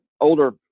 older